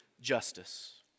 justice